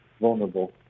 vulnerable